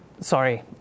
sorry